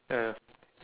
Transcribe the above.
uh